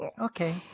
Okay